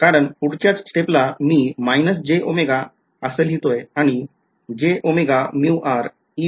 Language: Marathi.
कारण पुढच्याच स्टेप ला मी -j ओमेगा असं लिहितोय आणि इथे सुब्स्टिटूट करतोय